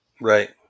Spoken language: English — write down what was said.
Right